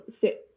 sit